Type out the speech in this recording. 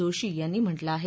जोशी यांनी म्हटलं आहे